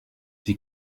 die